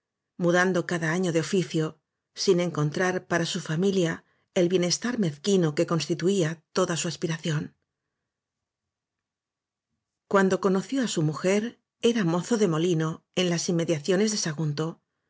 mudando cada año de oficio sin encon trar para su familia el bienestar mezquino que constituía toda su aspiración cuando conoció á su mujer era mozo de molino en las inmediaciones ele